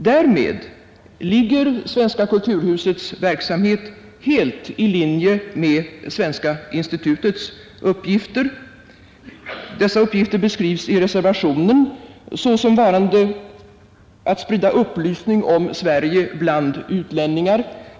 Därmed ligger Svenska kulturhusets verksamhet helt i linje med Svenska institutets uppgifter. Dessa uppgifter beskrivs i reservationen såsom varande att sprida upplysning om Sverige bland utlänningar.